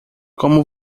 como